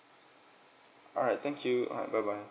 alright thank alright bye bye